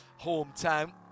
hometown